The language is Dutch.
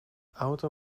auto